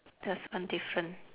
that's one difference